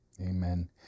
Amen